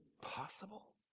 possible